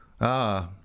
Ah